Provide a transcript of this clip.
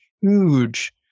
huge